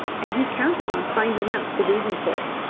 and he counted on finding out the reason for it.